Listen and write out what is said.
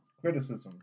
Criticism